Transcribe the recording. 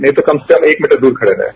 नहीं तो कम से कम एक मीटर दूर खड़े रहें